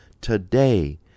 today